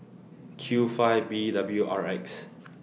Q five B W R X